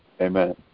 amen